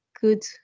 good